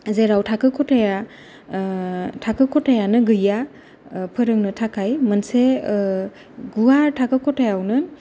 जेराव थाखो खथाया ओ थाखो खथायानो गैया फोरोंनो थाखाय मोनसे गुवार थाखो खथायावनो